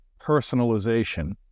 personalization